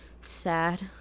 Sad